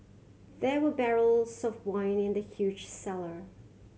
there were barrels of wine in the huge cellar